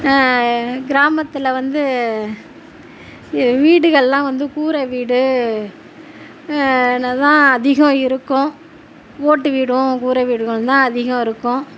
கிராமத்தில் வந்து வீடுகள்லாம் வந்து கூரை வீடு இத்தலாம் அதிகம் இருக்கும் ஓட்டு வீடும் கூரை வீடுகளும் தான் அதிகம் இருக்கும்